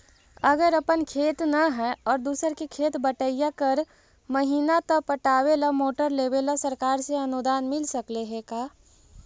अगर अपन खेत न है और दुसर के खेत बटइया कर महिना त पटावे ल मोटर लेबे ल सरकार से अनुदान मिल सकले हे का?